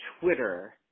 Twitter